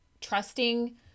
trusting